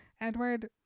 Edward